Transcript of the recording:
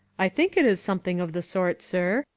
i think it is something of the sort, sir,